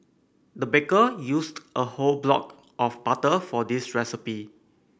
the baker used a whole block of butter for this recipe